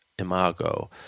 imago